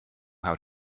how